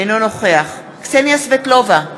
אינו נוכח קסניה סבטלובה,